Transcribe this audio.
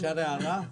אפשר הערה?